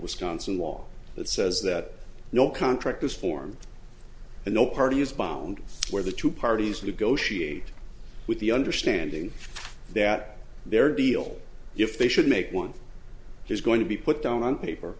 wisconsin law that says that no contract is formed and no party is bound where the two parties would go she with the understanding that there deal if they should make one there's going to be put down on paper